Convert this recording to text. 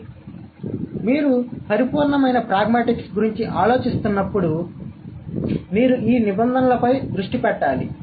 కాబట్టి మీరు పరిపూర్ణమైన ప్రాగ్మాటిక్స్ గురించి ఆలోచిస్తున్నప్పుడు మీరు ఈ నిబంధనలపై దృష్టి పెట్టాలి